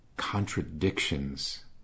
contradictions